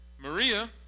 Maria